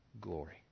Glory